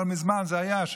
וזה היה לא מזמן,